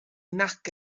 nac